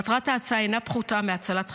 מטרת ההצעה אינה פחותה מהצלת חיים,